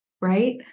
right